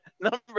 Number